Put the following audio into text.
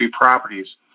properties